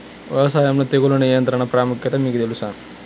వ్యవసాయంలో తెగుళ్ల నియంత్రణ ప్రాముఖ్యత మీకు తెలుసా?